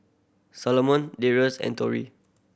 Salomon Darius and Tori